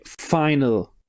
final